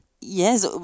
yes